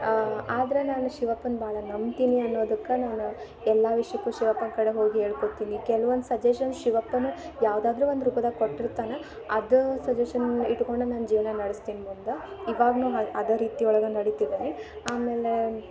ಆದ್ರೆ ನಾನು ಶಿವಪ್ಪನ್ನ ಭಾಳ ನಂಬ್ತೀನಿ ಅನ್ನೋದಕ್ಕೆ ನಾನು ಎಲ್ಲ ವಿಷಯಕ್ಕೂ ಶಿವಪ್ಪನ ಕಡೆ ಹೋಗಿ ಹೇಳ್ಕೊತೀನಿ ಕೆಲ್ವೊಂದು ಸಜೆಷನ್ ಶಿವಪ್ಪನೇ ಯಾವುದಾದ್ರೂ ಒಂದು ರೂಪದಾಗ ಕೊಟ್ಟಿರ್ತಾನೆ ಅದು ಸಜೆಷನ್ ಇಟ್ಕೊಂಡೇ ನನ್ನ ಜೀವನ ನಡ್ಸ್ತೀನಿ ಮುಂದೆ ಇವಾಗ್ಲೂ ಅದೇ ರೀತಿ ಒಳಗೆ ನಡಿತಿದೀನಿ ಆಮೇಲೆ